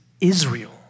Israel